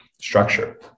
structure